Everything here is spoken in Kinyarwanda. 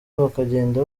bakagenda